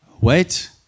wait